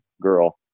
girl